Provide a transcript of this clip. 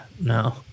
no